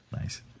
Nice